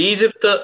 Egypt